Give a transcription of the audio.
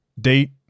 Date